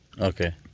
Okay